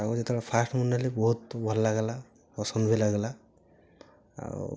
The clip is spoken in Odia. ତାକୁ ଯେତୋଳେ ଫାଷ୍ଟ୍ ମୁଁ ନେଲି ବହୁତ ଭଲ ଲାଗିଲା ପସନ୍ଦ ବି ଲାଗିଲା ଆଉ